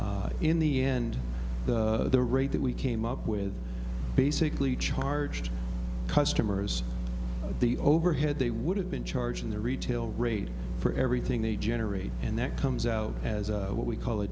needed in the end the rate that we came up with basically charged customers the overhead they would have been charging the retail rate for everything they generate and that comes out as what we call a